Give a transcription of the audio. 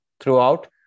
throughout